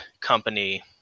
company